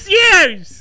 years